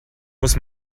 muss